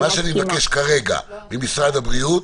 לכן מה שאני מבקש כרגע ממשרד הבריאות,